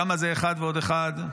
כמה זה אחד ועוד אחד,